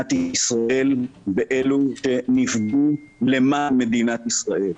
מדינת ישראל באלו שנפגעו למען מדינת ישראל.